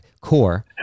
Core